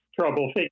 trouble